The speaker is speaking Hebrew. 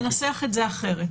ננסח את זה אחרת.